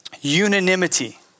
unanimity